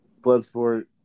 bloodsport